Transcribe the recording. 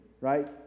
right